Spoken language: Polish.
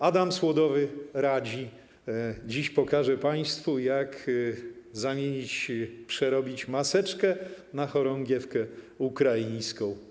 Adam Słodowy radzi: dziś pokażę państwu, jak zamienić, przerobić maseczkę na chorągiewkę ukraińską.